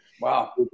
wow